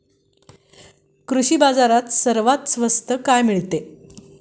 कृषी बाजारात सर्वात स्वस्त काय भेटते?